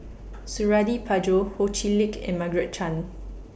Suradi Parjo Ho Chee Lick and Margaret Chan